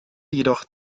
jedoch